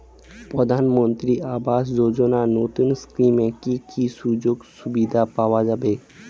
প্রধানমন্ত্রী আবাস যোজনা নতুন স্কিমে কি কি সুযোগ সুবিধা পাওয়া যাবে?